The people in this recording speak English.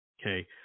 okay